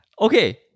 okay